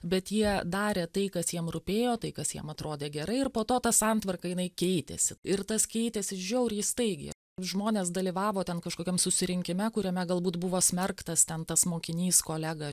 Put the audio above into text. bet jie darė tai kas jiem rūpėjo tai kas jiem atrodė gerai ir po to ta santvarka jinai keitėsi ir tas keitėsi žiauriai staigiai žmonės dalyvavo ten kažkokiam susirinkime kuriame galbūt buvo smerktas ten tas mokinys kolega